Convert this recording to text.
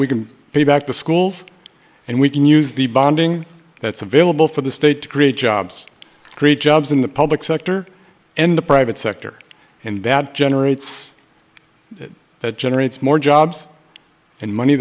we can pay back to schools and we can use the bonding that's available for the state to create jobs create jobs in the public sector and the private sector and that generates that generates more jobs and money